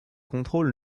contrôle